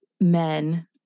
men